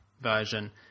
version